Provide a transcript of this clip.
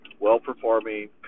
well-performing